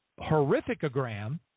horrificogram